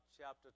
chapter